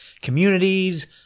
communities